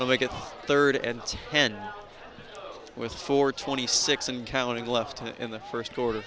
they get third and ten with four twenty six and counting left in the first quarter